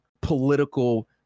political